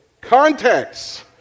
Context